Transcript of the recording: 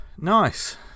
Nice